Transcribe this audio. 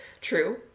true